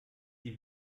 die